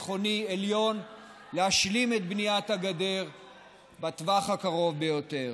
ביטחוני עליון להשלים את בניית הגדר בטווח הקרוב ביותר.